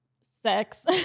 sex